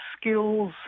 skills